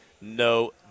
no